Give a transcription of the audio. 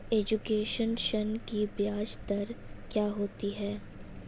Education ऋृण की ब्याज दर क्या होती हैं?